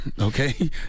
okay